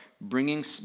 bringing